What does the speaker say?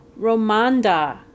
Romanda